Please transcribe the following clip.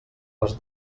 les